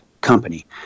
company